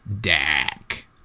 Dak